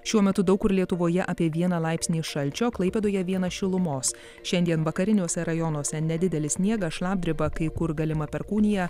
šiuo metu daug kur lietuvoje apie vieną laipsnį šalčio klaipėdoje vienas šilumos šiandien vakariniuose rajonuose nedidelis sniegas šlapdriba kai kur galima perkūnija